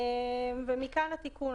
ומכאן התיקון.